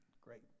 great